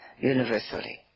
universally